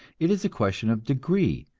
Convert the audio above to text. it is a question of degree,